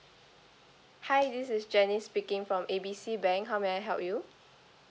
hi this is jenny speaking from A B C bank how may I help you